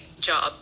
job